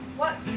what